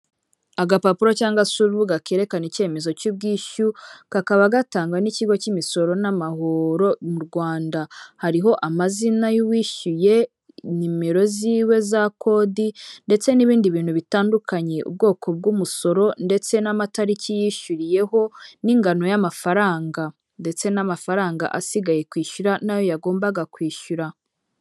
Agapapuro cyangwa se urubuga kerekana icyemezo cy'ubwishyu kakaba gatangwa n'ikigo cy'imisoro n'amahoro mu rwanda hariho amazina y'uwishyuye nimero ziwe za kodi ndetse n'ibindi bintu bitandukanye ubwoko bw'umusoro ndetse n'amatariki yishyuriyeho n'ingano y'amafaranga ndetse n'amafaranga asigaye kwishyura nayo yagombaga kwishyura.